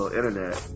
internet